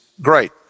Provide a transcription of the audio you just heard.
great